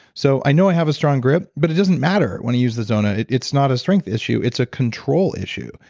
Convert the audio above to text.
so i know i have a strong grip, but it doesn't matter when you use the zona, it's not a strength issue. it's a control issue,